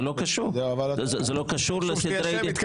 זה לא קשור לסדרי הדין.